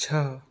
छः